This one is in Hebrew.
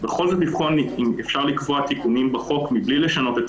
בכל זאת לבחון אם אפשר לקבוע תיקונים בחוק מבלי לשנות את